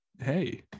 hey